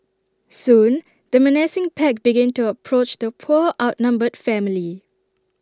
soon the menacing pack began to approach the poor outnumbered family